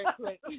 quick